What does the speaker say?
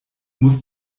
muss